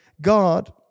God